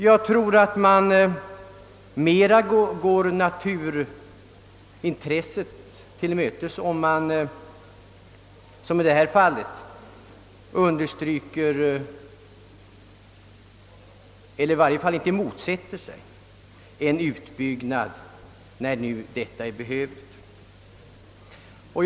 Jag tror att man går naturintresset längre till mötes, om man åtminstone inte motsätter sig en behövlig utbyggnad i ett sådant område.